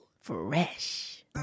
fresh